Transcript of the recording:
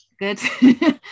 Good